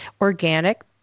organic